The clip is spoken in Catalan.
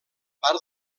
part